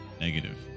Negative